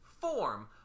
form